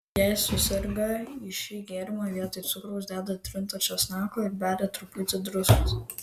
jei suserga į šį gėrimą vietoj cukraus deda trinto česnako ir beria truputį druskos